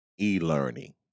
E-learning